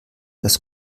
dass